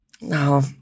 No